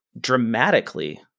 dramatically